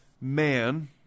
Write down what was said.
man